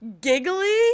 Giggly